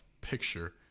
picture